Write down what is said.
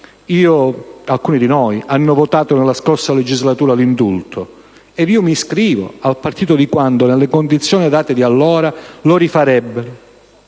alcuni di noi hanno votato nella scorsa legislatura l'indulto, ed io mi iscrivo al partito di quanti, nelle condizioni date di allora, lo rifarebbero,